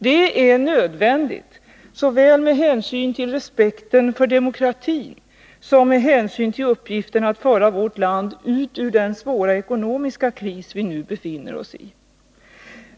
Det är nödvändigt såväl med hänsyn till respekten för demokratin som med hänsyn till uppgiften att föra vårt land ut ur den svåra ekonomiska kris vi nu befinner oss i.